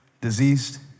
diseased